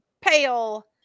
pale